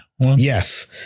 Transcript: Yes